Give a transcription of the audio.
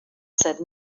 said